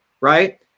right